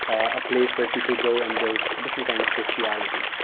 a place where people go and build a different kind of sociality.